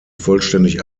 vollständig